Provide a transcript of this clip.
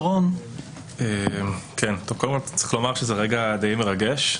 קודם כל צריך לומר שזה רגע די מרגש.